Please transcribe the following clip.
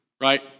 right